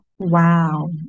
Wow